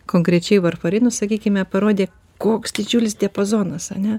konkrečiai varfarinu sakykime parodė koks didžiulis diapazonas ane